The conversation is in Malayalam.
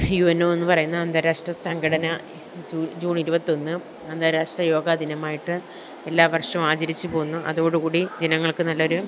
യു എൻ ഒ എന്ന് പറയുന്ന അന്താരാഷ്ട്ര സംഘടന ജൂണ് ഇരുപത്തൊന്ന് അന്താരാഷ്ട്ര യോഗ ദിനമായിട്ട് എല്ലാ വര്ഷവും ആചരിച്ച് പോവുന്നു അതോടുകൂടി ജനങ്ങള്ക്ക് നല്ലൊരു